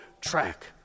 track